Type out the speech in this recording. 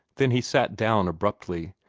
then he sat down abruptly,